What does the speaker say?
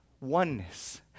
oneness